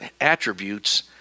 attributes